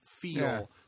feel